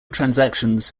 transactions